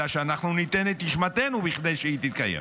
אלא שאנחנו ניתן את נשמתנו כדי שהיא תתקיים.